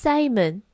Simon